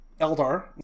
Eldar